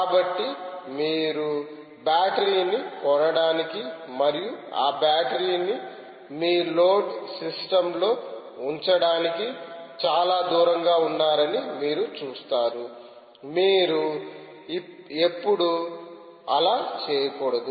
కాబట్టి మీరు బ్యాటరీని కొనడానికి మరియు ఆ బ్యాటరీని మీ లోడ్ సిస్టమ్లో ఉంచడానికి చాలా దూరంగా ఉన్నారని మీరు చూస్తారు మీరు ఎప్పుడూ అలా చేయకూడదు